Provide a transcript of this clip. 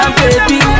baby